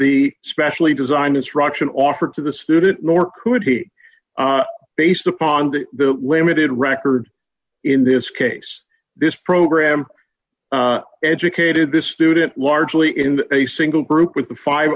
the specially designed instruction offered to the student nor could he based upon the limited record in this case this program educated this student largely in a single group with five